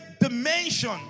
dimension